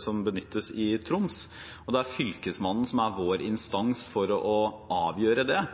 som benyttes i Troms, og det er Fylkesmannen som er vår instans for å avgjøre det.